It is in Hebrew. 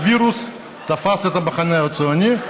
הווירוס תפס את המחנה הציוני.